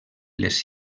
les